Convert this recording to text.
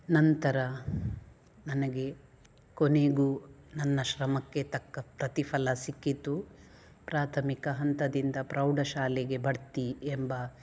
ನಂತರ ನನಗೆ ಕೊನೆಗು ನನ್ನ ಶ್ರಮಕ್ಕೆ ತಕ್ಕ ಪ್ರತಿಫಲ ಸಿಕ್ಕಿತು ಪ್ರಾಥಮಿಕ ಹಂತದಿಂದ ಪ್ರೌಢಶಾಲೆಗೆ ಬಡ್ತಿ ಎಂಬ